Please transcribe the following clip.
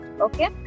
okay